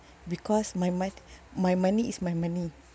because my mo~ my money is my money